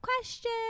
question